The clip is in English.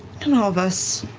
and all of us